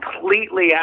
completely